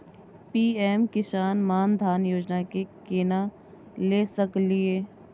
PM Kisan Maandhan योजना के केना ले सकलिए?